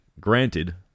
Granted